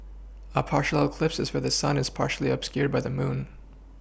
a partial eclipse is where the sun is partially obscured by the moon